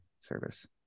service